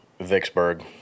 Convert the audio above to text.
Vicksburg